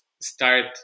start